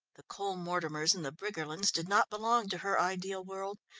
the cole-mortimers and the briggerlands did not belong to her ideal world,